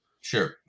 Sure